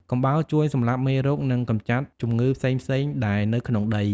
កំបោរជួយសម្លាប់មេរោគ និងកម្ចាត់ជំងឺផ្សេងៗដែលនៅក្នុងដី។